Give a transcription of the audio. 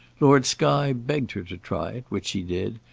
lord skye begged her to try it, which she did,